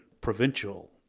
provincial